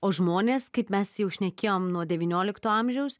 o žmonės kaip mes jau šnekėjom nuo devyniolikto amžiaus